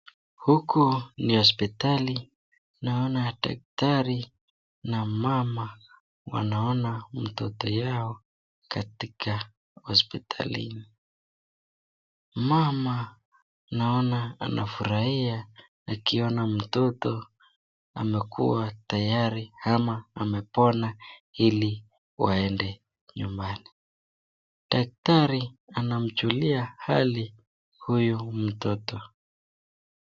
Huku ni hospitali , naona daktari na mamabsnaona mtoto yao katika hospitalini, mama naona anafurahia akiona mtoto amekuja tayarivama amepona hilibwaende nyumba, daktari anamjulia hali huyu mtoto.